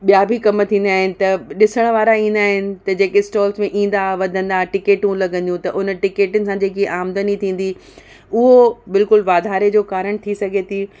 ॿियां बि कमु थींदा आहिनि त ॾिसणु वारा ईंदा आहिनि त जेके स्टॉल्स में ईंदा वधंदा टिकेटूं लॻंदियूं त उन टिकेटियुनि सां जेकी आमदनी थींदी उहो बिल्कुलु वाधारे जो कारणि थी सघे थी